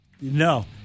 No